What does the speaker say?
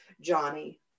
Johnny